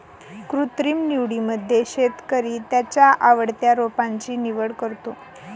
कृत्रिम निवडीमध्ये शेतकरी त्याच्या आवडत्या रोपांची निवड करतो